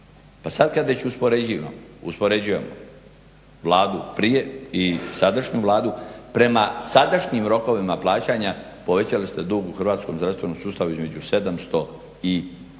Pa sad kad već uspoređujemo Vladu prije i sadašnju Vladu prema sadašnjim rokovima plaćanja povećali ste dug u hrvatskom zdravstvenom sustavu između 700